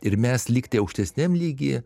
ir mes lygtai aukštesniam lygyje